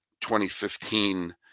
2015